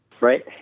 right